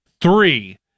Three